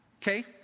Okay